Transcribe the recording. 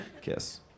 Kiss